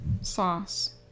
Sauce